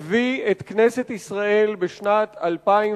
מה שקורה כאן היום מביא את כנסת ישראל בשנת 2010